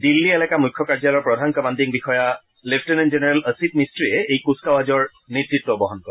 দিল্লী এলেকা মুখ্য কাৰ্যালয়ৰ প্ৰধান কামাণ্ডিং বিষয়া লেফটেনেণ্ট জেনেৰেল অছিত মিস্ত্ৰিয়ে এই কুচকাৱাজৰ নেতৃত্ব বহন কৰে